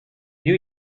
new